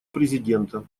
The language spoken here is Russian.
президента